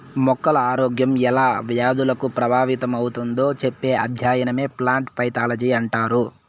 మొక్కల ఆరోగ్యం ఎలా వ్యాధులకు ప్రభావితమవుతుందో చెప్పే అధ్యయనమే ప్లాంట్ పైతాలజీ అంటారు